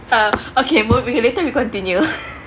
uh okay moving later we continue